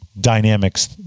dynamics